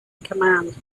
command